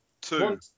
Two